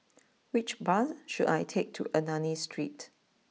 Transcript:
which bus should I take to Ernani Street